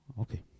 Okay